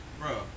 bro